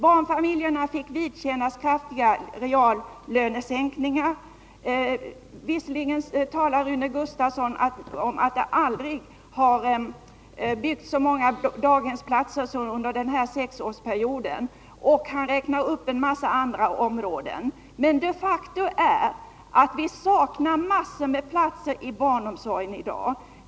Barnfamiljerna fick vidkännas kraftiga reallönesänkningar. Visserligen säger Rune Gustavsson att det aldrig har byggts så många daghemsplatser som under den här sexårsperioden — och han räknade även upp en massa andra områden. Men de facto saknar vi massor av platser i barnomsorgen i dag.